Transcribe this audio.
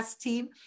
team